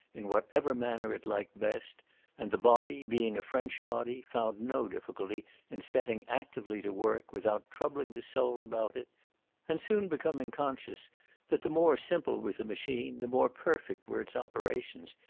in whatever manner it liked best and the body, being a french body, found no difficulty in setting actively to work without troubling the soul about it and soon becoming conscious that the more simple was a machine, the more perfect were its operations,